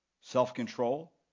self-control